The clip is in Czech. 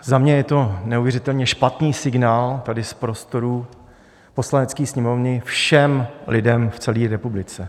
Za mě je to neuvěřitelně špatný signál tady z prostorů Poslanecké sněmovny všem lidem v celé republice.